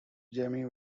jamie